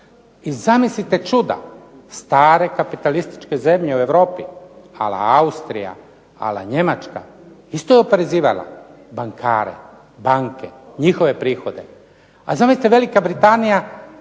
I zamislite čuda, stare kapitalističke zemlje u Europi a la Austrija, a la Njemačka isto je oporezivala bankare, banke, njihove prihode, a zamislite Velika Britanija